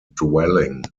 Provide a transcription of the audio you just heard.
dwelling